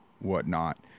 whatnot